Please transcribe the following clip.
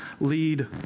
lead